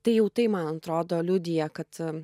tai jau tai man atrodo liudija kad